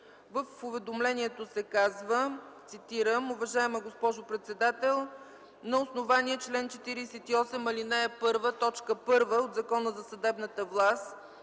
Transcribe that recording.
В уведомлението се казва, цитирам: „Уважаема госпожо председател, на основание чл. 48, ал. 1, т. 1 от Закона за съдебната власт